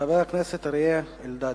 חבר הכנסת אריה אלדד.